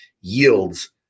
yields